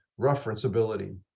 referenceability